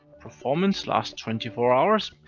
performance last twenty four hours.